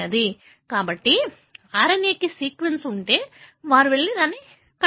కాబట్టి RNA కి sequence ఉంటే వారు వెళ్లి కట్టుకుంటారు